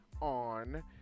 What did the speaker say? on